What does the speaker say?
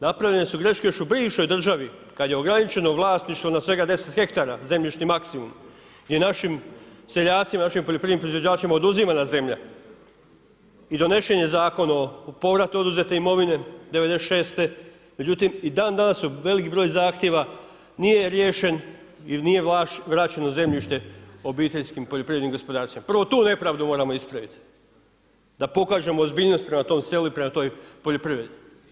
Napravljene su greške još u bivšoj državi kad je ograničeno vlasništvo na svega 10 hektara zemljišni maksimum i našim seljacima, našim poljoprivrednim proizvođačima oduzimana zemlja i donesen je zakon o povratu oduzete imovine '96. međutim i dan danas je velik broj zahtjeva nije riješen i nije vraćeno zemljište obiteljskim poljoprivrednim gospodarstvima, prvo tu nepravdu moramo ispravit, da pokažemo ozbiljnost prema tom selu i prema toj poljoprivredi.